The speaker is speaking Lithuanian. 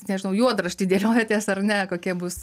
nežinau juodraštį dėliojatės ar ne kokie bus